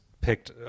picked